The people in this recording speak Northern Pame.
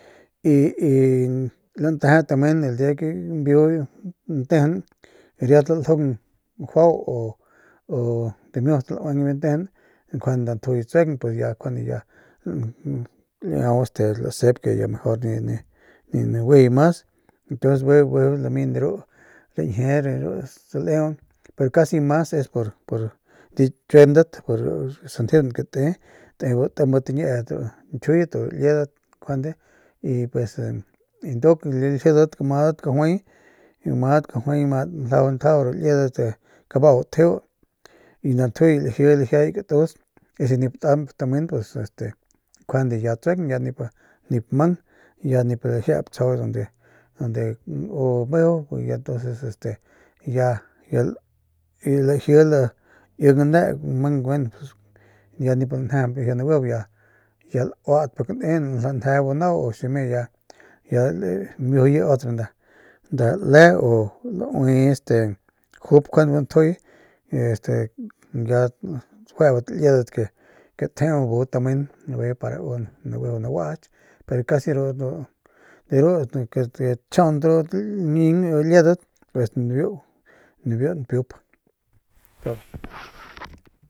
Y y lanteje tamen y el dia que gambiu biu ntejeun riat laljung juau u dimiut laueng biu ntejeun njuande nda ntjuy tsueng pus ya njuande ya laiau este lasep que ya mejor ni ni ni naguijuye mas ntuns bijiy lami de ru rañjie de ru saleu pus casi mas es pur pur dichuendat pur ru sanjeun que te timbat ñiedat ru ñkjiuyet o ru liedat njuande y pues nduk laljidat amadat kajuay amadat kajuay amadat ljajau ntjajau ru liedat kabau tjeu y nda ntjuy laji lajiay katus y si nip tanp tamen pues este juande ya tsueng ya nip mang ya nip lajiap tsjau donde donde u meju y ya entonces este ya y laji laing ane y mang gueno pus ya nip lanjajañp laji naguiju y ya lauat pik ne nje bu nau u ximi ya limiujuye otro nda le u laui este jup njuande bu ntjuy este ya lajuebat liedat ke ke tjeu bu tamen bijiy u naguiju naguaaky pero casi ru ndu de ru tatchjiaunt ru ñing ru liedat pues nibiu npiup.